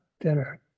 dinner